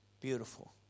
Beautiful